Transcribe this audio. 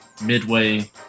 midway